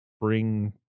bring